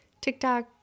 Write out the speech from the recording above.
TikTok